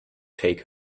take